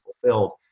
fulfilled